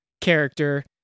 character